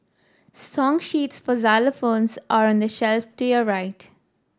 song sheets for xylophones are on the shelf to your right